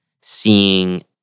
seeing